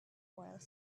while